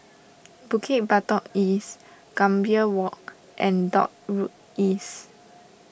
Bukit Batok East Gambir Walk and Dock Road East